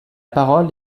parole